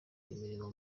imirimo